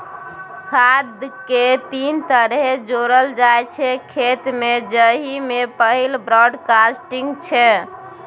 खाद केँ तीन तरहे जोरल जाइ छै खेत मे जाहि मे पहिल ब्राँडकास्टिंग छै